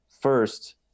First